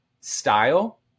style